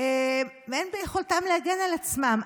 ואין ביכולתם להגן על עצמם.